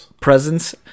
presence